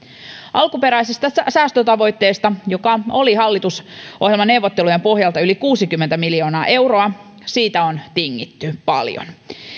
alkuperäisestä säästötavoitteesta joka oli hallitusohjelmaneuvotteluiden pohjalta yli kuusikymmentä miljoonaa euroa on tingitty paljon